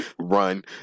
Run